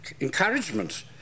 encouragement